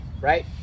right